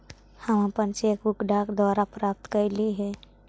हम अपन cheque book डाक द्वारा प्राप्त कईली हे